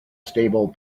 stable